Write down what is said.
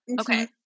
Okay